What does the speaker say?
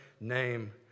name